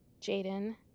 Jaden